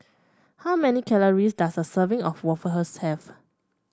how many calories does a serving of waffle have